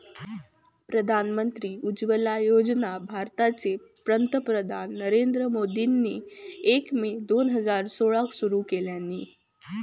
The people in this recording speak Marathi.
प्रधानमंत्री उज्ज्वला योजना भारताचे पंतप्रधान नरेंद्र मोदींनी एक मे दोन हजार सोळाक सुरू केल्यानी